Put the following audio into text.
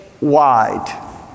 wide